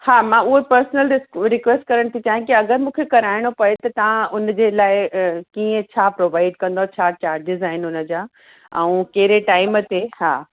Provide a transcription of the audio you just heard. हा मां उहो ई पर्सनल रिक रिक्वेस्ट करण थी चाहियां कि अगरि मूंखे कराइणो पिए त तव्हां हुनजे लाइ कीअं छा प्रोवाइड कंदव छा चार्जिस आहिनि हुनजा ऐं कहिड़े टाइम ते हा